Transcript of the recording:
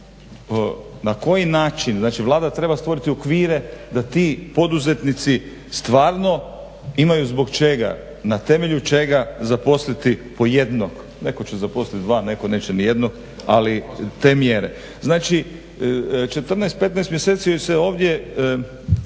na koji način znači Vlada treba stvoriti okvire da ti poduzetnici stvarno imaju zbog čega i na temelju čega zaposliti po jednog. Netko će zaposliti dva, netko neće nijednog, ali te mjere. Znači, 14, 15 mjeseci ovdje